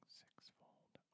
sixfold